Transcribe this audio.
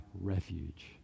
refuge